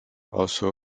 also